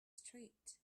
street